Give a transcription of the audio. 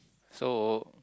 so